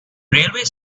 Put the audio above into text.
railway